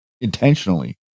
intentionally